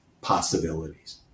possibilities